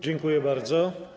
Dziękuję bardzo.